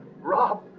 rob